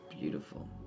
Beautiful